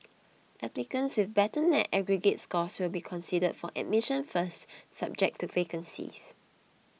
applicants with better net aggregate scores will be considered for admission first subject to vacancies